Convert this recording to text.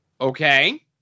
Okay